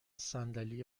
صندلی